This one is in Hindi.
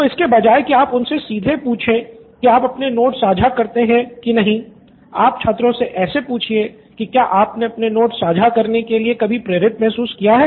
तो इसके बजाय की आप उनसे सीधे पूछे की आप अपने नोट्स साझा करते हैं की नहीं आप छात्रों से ऐसे पूछिये की क्या आप अपने नोट्स साझा करने के लिए प्रेरित महसूस करते हैं